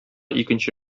икенче